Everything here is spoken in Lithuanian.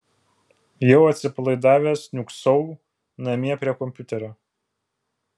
jau atsipalaidavęs niūksau namie prie kompiuterio